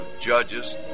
judges